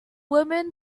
woman